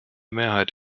mehrheit